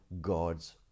God's